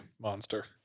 Monster